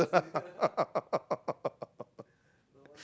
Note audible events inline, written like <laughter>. <laughs>